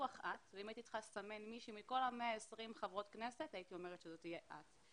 אם הייתי צריכה לסמן מישהו מכל 120 חברי הכנסת הייתי אומרת שזו תהיה את.